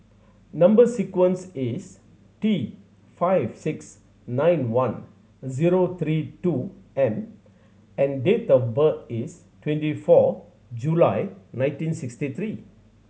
number sequence is D five six nine one zero three two M and date of birth is twenty four July nineteen sixty three